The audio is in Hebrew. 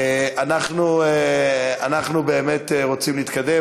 אנחנו באמת רוצים להתקדם.